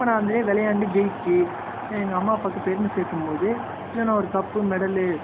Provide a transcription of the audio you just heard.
இப்போ நான் அதுவே விளையாண்டு ஜெயிச்சு எங்கள் அம்மா அப்பாவுக்கு பெருமை சேர்க்கும்போது இல்லை நான் ஒரு கப்பு மெடலு